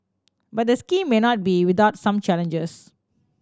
but the scheme may not be without some challenges